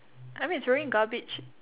I mean it's throwing garbage